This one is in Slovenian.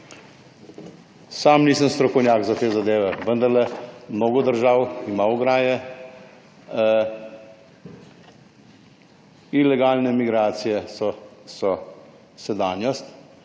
Sam nisem strokovnjak za te zadeve, vendarle mnogo držav ima ograje, ilegalne migracije so sedanjost,